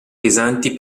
pesanti